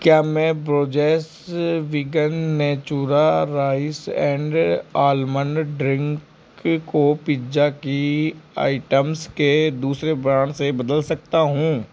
क्या मैं Borges vegan Natura rice and almond drink को पिज़्ज़ा की आइटम्स के दूसरे ब्रांड से बदल सकता हूँ